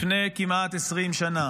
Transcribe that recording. לפני כמעט 20 שנה,